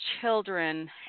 children